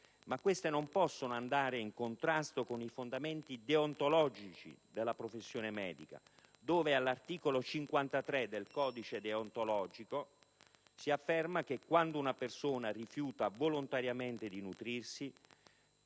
ma queste non possono andare in contrasto con i fondamenti deontologici della professione medica, dove all'articolo 53 del codice deontologico si afferma che «quando una persona rifiuta volontariamente di nutrirsi